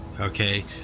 okay